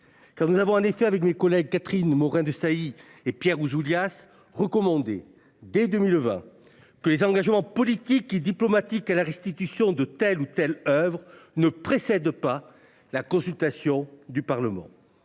Quand nous avons en effet, avec mes collègues Catherine Morin de Sailly et Pierre Ousoulias, recommandé dès 2020 que les engagements politiques et diplomatiques à la restitution de telles ou telles oeuvres ne précèdent pas la consultation du Parlement.